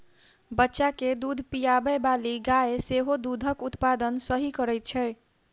बच्चा के दूध पिआबैबाली गाय सेहो दूधक उत्पादन सही करैत छै